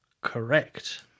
Correct